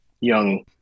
young